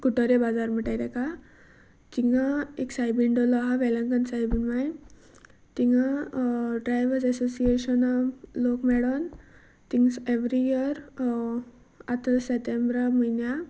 कुट्टरे बाजार म्हणटात ताका थंय एक सायबीण दवरलेली आसा वेलंकन सायबीण मांय थं ड्रायवर्स एसोसियेशना लोक मेळून थिंय एवरी इयर आतां सेतेंब्रा म्हयन्या